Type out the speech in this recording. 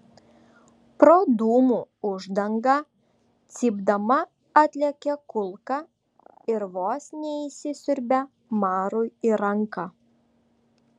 pro dūmų uždangą cypdama atlėkė kulka ir vos neįsisiurbė marui į ranką